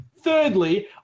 Thirdly